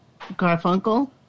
Garfunkel